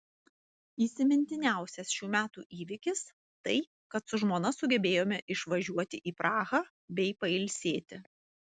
įsimintiniausias šių metų įvykis tai kad su žmona sugebėjome išvažiuoti į prahą bei pailsėti